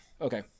Okay